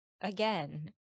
again